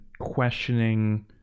questioning